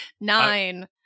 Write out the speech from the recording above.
Nine